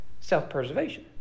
Self-preservation